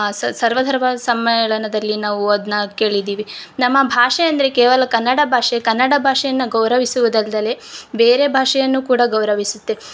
ಸರ್ವ ಧರ್ಮ ಸಮ್ಮೇಳನದಲ್ಲಿ ನಾವು ಅದನ್ನ ಕೇಳಿದೀವಿ ನಮ್ಮ ಭಾಷೆ ಅಂದರೆ ಕೇವಲ ಕನ್ನಡ ಭಾಷೆ ಕನ್ನಡ ಭಾಷೆಯನ್ನ ಗೌರವಿಸುವುದಲ್ದಲೆ ಬೇರೆ ಭಾಷೆಯನ್ನು ಕೂಡ ಗೌರವಿಸುತ್ತೆ